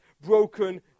broken